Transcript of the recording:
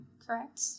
correct